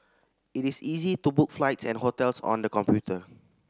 it is easy to book flights and hotels on the computer